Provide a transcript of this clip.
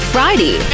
Friday